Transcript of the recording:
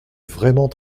vraiment